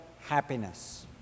happiness